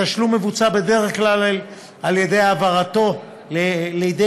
התשלום מבוצע בדרך כלל על-ידי העברתו לידי